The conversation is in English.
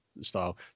Style